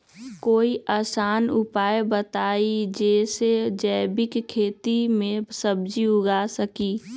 कोई आसान उपाय बताइ जे से जैविक खेती में सब्जी उगा सकीं?